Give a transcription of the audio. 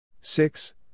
Six